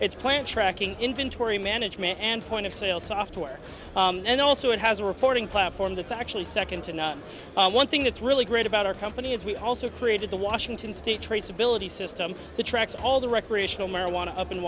its plan tracking inventory management and point of sale software and also it has a reporting platform that's actually second to none and one thing that's really great about our company is we also created the washington state traceability system to track all the recreational marijuana up in